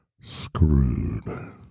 screwed